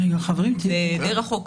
די רחוק.